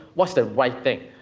what's the right thing.